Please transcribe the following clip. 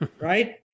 Right